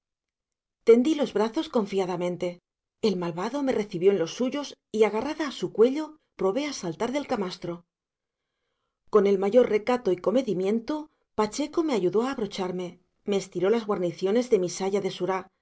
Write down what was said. tendí los brazos confiadamente el malvado me recibió en los suyos y agarrada a su cuello probé a saltar del camastro con el mayor recato y comedimiento pacheco me ayudó a abrocharme me estiró las guarniciones de mi saya de surá